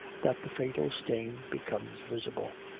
that the fatal stain becomes visible.